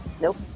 nope